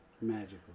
Magical